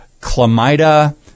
chlamydia